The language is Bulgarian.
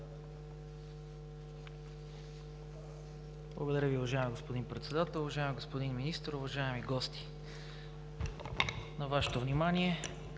Благодаря Ви. Уважаеми господин Председател, уважаеми господин Министър, уважаеми гости! На вашето внимание: